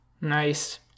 Nice